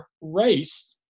race